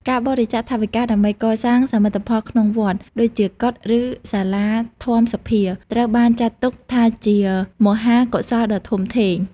ការបរិច្ចាគថវិកាដើម្បីកសាងសមិទ្ធផលក្នុងវត្ត ដូចជា កុដិ ឬសាលាធម្មសភា ត្រូវបានចាត់ទុកថាជាមហាកុសលដ៏ធំធេង។